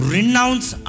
Renounce